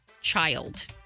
child